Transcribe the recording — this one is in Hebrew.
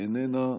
איננה,